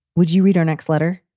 would you read our next letter?